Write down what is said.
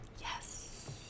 Yes